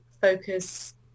focus